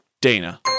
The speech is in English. Dana